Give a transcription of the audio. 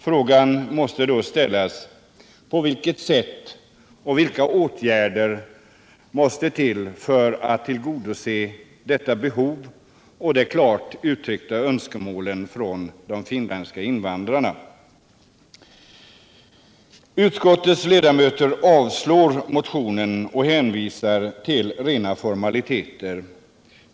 Frågan är då på vilket sätt man skall gå till väga och vilka åtgärder som måste till för att tillgodose detta behov och de klart uttryckta Utskottets ledamöter avslår motionen och hänvisar till rena formaliteter.